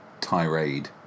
tirade